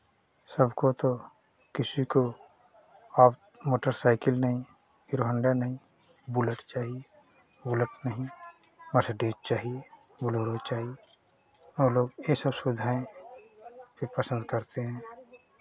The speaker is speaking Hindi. सबको तो किसी को अब मोटरसाइकिल ने हिरोहोंडे ने बुलेट चाहिए बुलेट नहीं मर्सिडीज़ चाहिए बोलेरो चाहिए वो लोग ये सब सुविधाएँ पे पसंद करते हैं